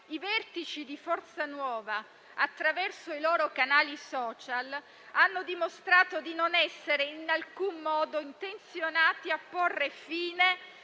i vertici di Forza Nuova, attraverso i loro canali *social*, hanno dimostrato di non essere in alcun modo intenzionati a porre fine